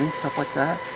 stuff like that?